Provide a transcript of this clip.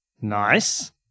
Nice